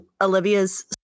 Olivia's